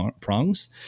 prongs